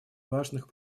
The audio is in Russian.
важных